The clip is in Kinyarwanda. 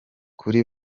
kuri